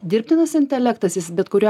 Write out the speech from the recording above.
dirbtinas intelektas jis bet kuriuo